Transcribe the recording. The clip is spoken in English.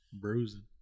bruising